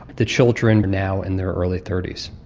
the children are now in their early thirty s.